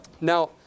Now